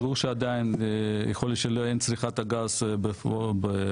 ברור שעדיין יכול להיות שאין צריכת גז באופן